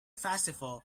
festival